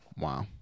Wow